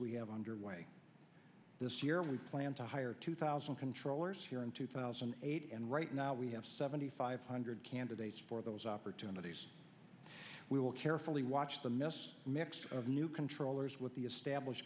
we have underway this year we plan to hire two thousand controllers here in two thousand and eight and right now we have seventy five hundred candidates for those opportunities we will carefully watch the miss mix of new controllers with the establish